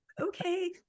okay